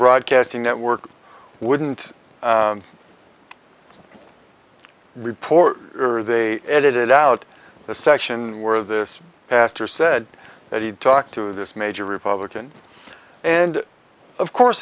broadcasting network wouldn't report or they edited out the section where this pastor said that he talked to this major republican and of course